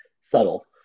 subtle